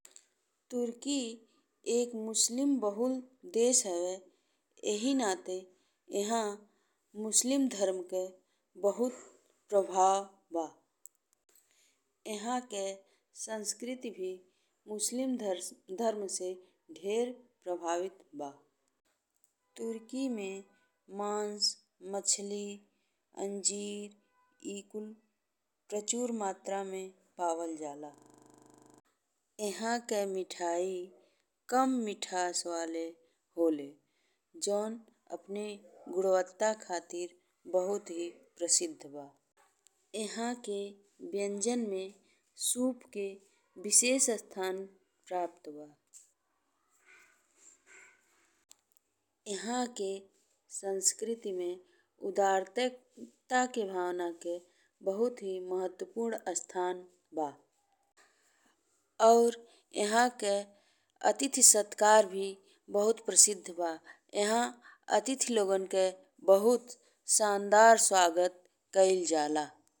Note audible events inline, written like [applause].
टरकी एक मुस्लिम बहुल देश हवे। एहि नाते एह मुस्लिम धरम के बहुत प्रभाव बा। एह के संस्कृति भी मुस्लिम [hesitation] धरम से ढेर प्रभावित बा। [noise] टरकी में मांस, मछली, अंजीर, ए कुल प्रचुर मात्रा में पावल जाला। एह के मिठाई कम मिठास वाले होला जौन अपने गुणवत्ता खातिर बहुत ही प्रसिद्ध बा। एह के व्यंजन में सूप के विशेष स्थान प्राप्त बा। एह के संस्कृति में उदारते-उदारता के भावना के बहुत ही महत्वपूर्ण स्थान बा और एह के अतिथि सत्कार भी बहुत प्रसिद्ध बा। एह अतिथि लोगन के बहुत सुंदर स्वागत कइल जाला।